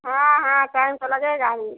हाँ हाँ कैंप लगेगा ही